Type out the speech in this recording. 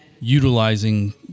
utilizing